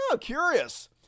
Curious